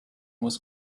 was